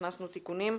הכנסנו תיקונים.